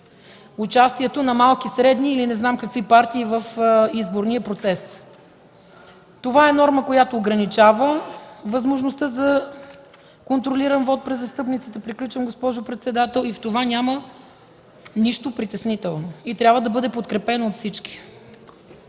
участието на малки, средни или не знам какви партии в изборния процес. Това е норма, която ограничава възможността за контролиран вот при застъпниците и в това няма нищо притеснително, и трябва да бъде подкрепено от всички.